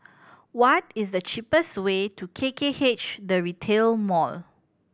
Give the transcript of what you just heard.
what is the cheapest way to K K H The Retail Mall